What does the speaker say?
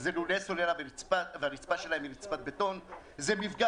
שאלה לולי סולרה והרצפה שלהם היא רצפת בטון וזה מפגע